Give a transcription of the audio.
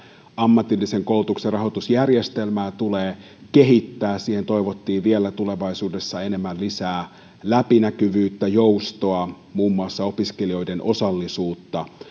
ammatillisen koulutuksen rahoitusjärjestelmää tulee kehittää siihen toivottiin vielä tulevaisuudessa lisää läpinäkyvyyttä joustoa muun muassa opiskelijoiden osallisuutta